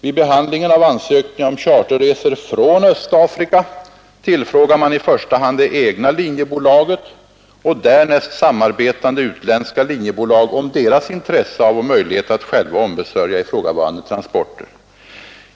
Vid behandlingen av ansökningar om charterresor från Östafrika frågar man i första hand det egna linjebolaget och därnäst samarbetande utländska linjebolag om deras intresse och möjligheter att själva ombesörja ifrågavarande transporter.